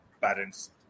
parents